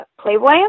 Playboy